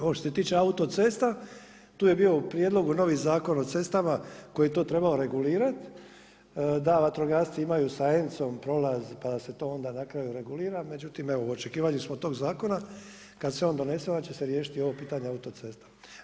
Ovo što se tiče autocesta, tu je bio u prijedlogu novi zakon o cestama koji je to trebao regulirat da vatrogasci imaju sa ENC-om prolaz pa da se onda to na kraju regulira, međutim, evo u očekivanju smo tog zakona, kad se on donese onda će se riješiti i ovo pitanje autocesta.